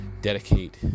dedicate